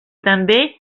també